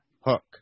Hook